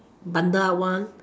bundle up one